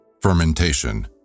Fermentation